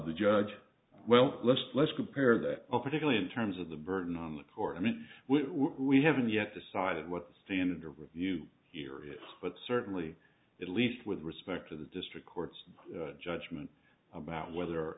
the judge well let's let's compare that a particularly in terms of the burden on the court i mean we haven't yet decided what the standard of review here is but certainly at least with respect to the district court's judgment about whether